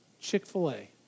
Chick-fil-A